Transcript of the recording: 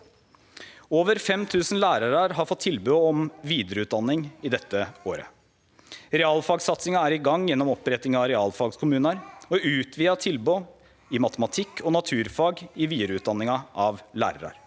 Over 5 000 lærarar har fått tilbod om vidareutdanning dette året. Realfagssatsinga er i gang gjennom oppretting av realfagskommunar og utvida tilbod i matematikk og naturfag i vidareutdanninga av lærarar.